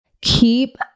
keep